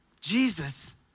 Jesus